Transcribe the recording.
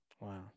Wow